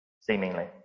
seemingly